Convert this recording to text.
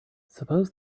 suppose